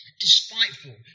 despiteful